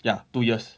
ya two years